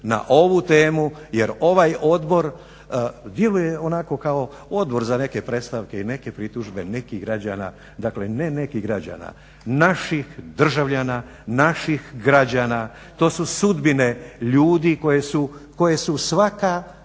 na ovu temu. Jer ovaj odbor djeluje onako kao odbor za neke predstavke i neke pritužbe nekih građana, dakle ne nekih građana naših državljana, naših građana. To su sudbine ljudi koje su svaka